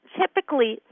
typically